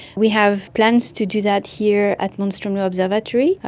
we have plans to do that here at mount stromlo observatory,